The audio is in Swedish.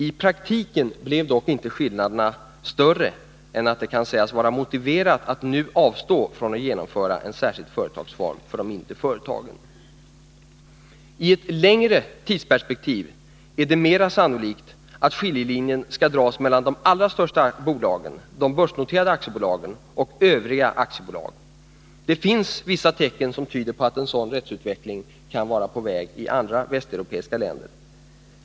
I praktiken blev dock skillnaderna inte större än att det kan sägas vara motiverat att nu avstå från att genomföra en särskild företagsform för de mindre företagen. I ett längre perspektiv är det mera sannolikt att skiljelinjen skall dras mellan de allra största bolagen, de börsnoterade aktiebolagen, och övriga aktiebolag. Det finns tecken som tyder på att en sådan rättsutveckling är på väg i andra västeuropeiska länder.